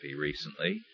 recently